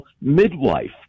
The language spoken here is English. midwife